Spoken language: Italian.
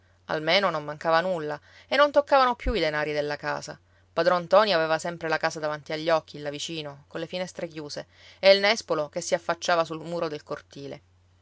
almeno non mancava nulla e non toccavano più i denari della casa padron ntoni aveva sempre la casa davanti agli occhi là vicino colle finestre chiuse e il nespolo che si affacciava sul muro del cortile